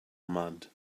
mud